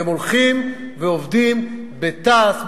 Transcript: הם הולכים ועובדים בתע"ש,